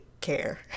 care